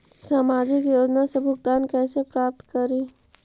सामाजिक योजना से भुगतान कैसे प्राप्त करी?